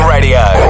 Radio